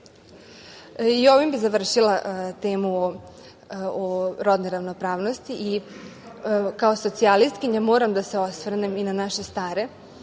stide. Ovim bih završila temu o rodnoj ravnopravnosti i kao socijalistkinja moram da se osvrnem na naše stare,